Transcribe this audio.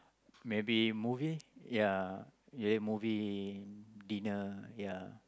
maybe movie ya late movie dinner ya